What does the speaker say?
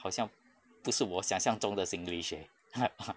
好像不是我想象中的 singlish eh